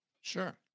Sure